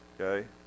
Okay